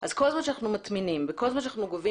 אז כל זמן שאנחנו מטמינים וכל זמן שאנחנו גובים